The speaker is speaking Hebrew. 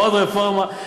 עוד רפורמה,